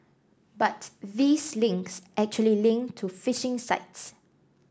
but these links actually link to phishing sites